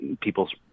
people's